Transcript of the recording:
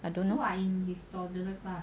I don't know